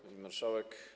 Pani Marszałek!